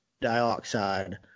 dioxide